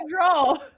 control